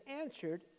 answered